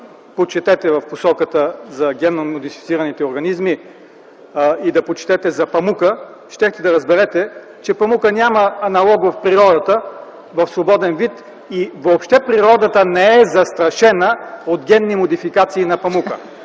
почетете в посоката за генно модифицираните организми и за памука, щяхте да разберете, че памукът няма аналог в природата в свободен вид и въобще природата не е застрашена от генни модификации на памука.